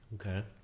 Okay